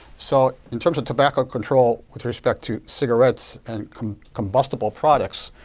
so in terms of tobacco control with respect to cigarettes and combustible products,